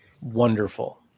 wonderful